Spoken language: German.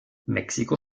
mexiko